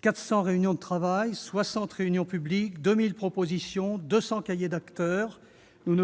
400 réunions de travail, 60 réunions publiques, 2 000 propositions et 200 cahiers d'acteurs, nous